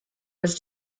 was